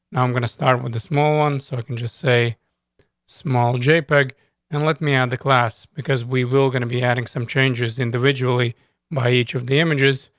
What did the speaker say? now i'm going to start with small one so i can just say small j peg and let me out the class because we will gonna be adding some changes individually by each of the images.